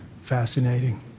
fascinating